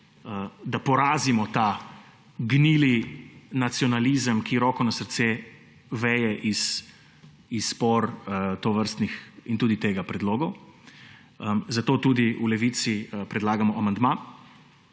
da porazimo ta gnili nacionalizem, ki, roko na srce, veje iz por tovrstnih, in tudi tega, predlogov. Zato tudi v Levici predlagamo amandma,